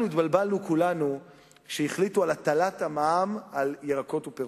אנחנו כולנו התבלבלנו כשהחליטו על הטלת המע"מ על ירקות ופירות.